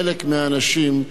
חלק מהאנשים,